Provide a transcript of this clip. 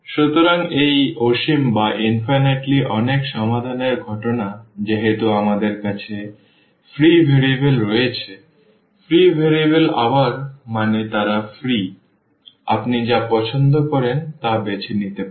সুতরাং এটি অসীম অনেক সমাধান এর ঘটনা যেহেতু আমাদের কাছে ফ্রি ভেরিয়েবল রয়েছে ফ্রি ভেরিয়েবল আবার মানে তারা ফ্রি আপনি যা পছন্দ করেন তা বেছে নিতে পারেন